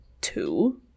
two